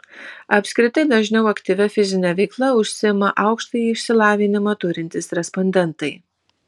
apskritai dažniau aktyvia fizine veikla užsiima aukštąjį išsilavinimą turintys respondentai